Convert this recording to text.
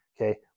Okay